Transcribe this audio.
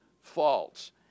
false